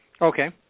Okay